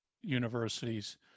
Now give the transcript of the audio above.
universities